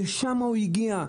לשם הוא הגיע.